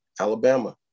Alabama